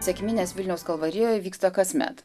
sekminės vilniaus kalvarijoj vyksta kasmet